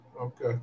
Okay